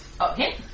Okay